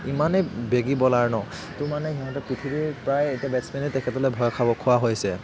ইমানেই বেগী বলাৰ ন যিটো মানে সিহঁতৰ পৃথিৱীৰ প্ৰায় বেটচমেনেই তেখেতলৈ ভয় খাব খোৱা হৈছে